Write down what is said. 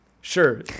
Sure